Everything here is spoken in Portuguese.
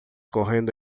correndo